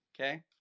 Okay